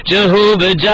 Jehovah